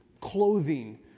clothing